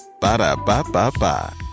Ba-da-ba-ba-ba